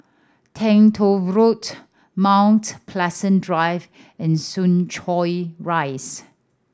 Teng Tong Road Mount Pleasant Drive and Soo Chow Rise